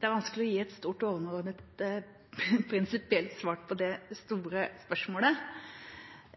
Det er vanskelig å gi et overordnet og prinsipielt svar på det store spørsmålet.